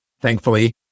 thankfully